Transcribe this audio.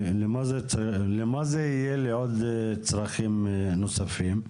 למה זה יהיה לצרכים נוספים?